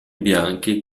bianchi